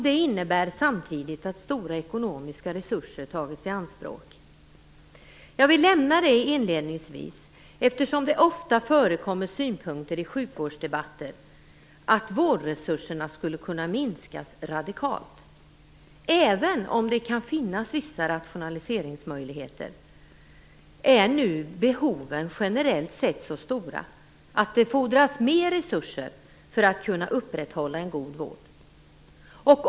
Det innebär samtidigt att stora ekonomiska resurser tagits i anspråk. Jag vill nämna detta inledningsvis, eftersom det ofta förekommer synpunkter i sjukvårdsdebatter att vårdresurserna radikalt skulle kunna minskas. Även om det kan finnas vissa rationaliseringsmöjligheter är nu behoven generellt sett så stora att det fordras mer resurser för att kunna upprätthålla en god vård.